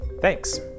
Thanks